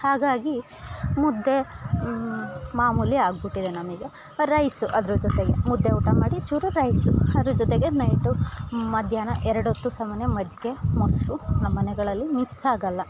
ಹಾಗಾಗಿ ಮುದ್ದೆ ಮಾಮೂಲಿ ಆಗ್ಬಿಟ್ಟಿದೆ ನಮಗೆ ರೈಸು ಅದ್ರ ಜೊತೆಗೆ ಮುದ್ದೆ ಊಟ ಮಾಡಿ ಚೂರು ರೈಸು ಅದ್ರ ಜೊತೆಗೆ ನೈಟು ಮಧ್ಯಾಹ್ನ ಎರಡೊತ್ತು ಸಾಮಾನ್ಯ ಮಜ್ಜಿಗೆ ಮೊಸರು ನಮ್ಮ ಮನೆಗಳಲ್ಲಿ ಮಿಸ್ ಆಗೋಲ್ಲ